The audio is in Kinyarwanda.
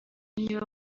niba